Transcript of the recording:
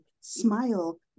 smile